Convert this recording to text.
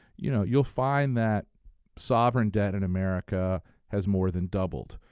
you know you'll find that sovereign debt in america has more than doubled.